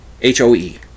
H-O-E